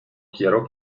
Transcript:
quiero